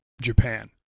Japan